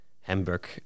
Hamburg